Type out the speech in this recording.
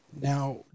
Now